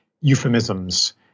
euphemisms